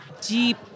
deep